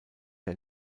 der